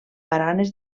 baranes